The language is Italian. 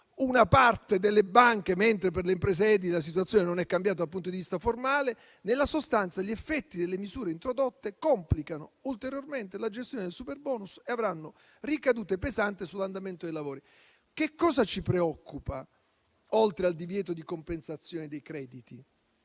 una parte delle banche, mentre per le imprese edili la situazione non è cambiata dal punto di vista formale. Nella sostanza, gli effetti delle misure introdotte complicano ulteriormente la gestione del superbonus e avranno ricadute pesanti sull'andamento dei lavori. Un'altra questione ci preoccupa oltre al divieto di compensazione dei crediti,